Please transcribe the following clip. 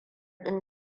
ɗin